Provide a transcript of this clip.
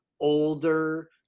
older